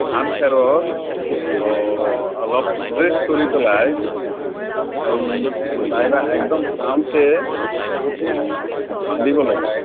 ধান খেৰৰ অলপ প্ৰেচ কৰি পেলাই এই নাইবা একদম ভালকে বান্ধিব লাগে